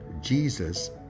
Jesus